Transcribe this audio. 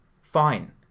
fine